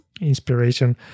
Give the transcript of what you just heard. inspiration